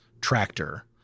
tractor